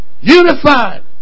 Unified